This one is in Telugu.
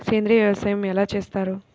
సేంద్రీయ వ్యవసాయం ఎలా చేస్తారు?